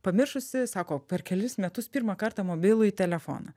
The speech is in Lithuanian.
pamiršusi sako per kelis metus pirmą kartą mobilųjį telefoną